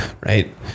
right